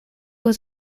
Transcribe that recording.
was